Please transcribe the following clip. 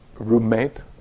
roommate